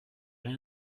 rien